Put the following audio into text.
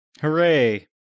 Hooray